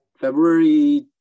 February